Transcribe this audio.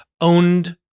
owned